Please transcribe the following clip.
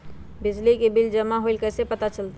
बिजली के बिल जमा होईल ई कैसे पता चलतै?